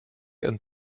and